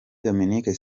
dominique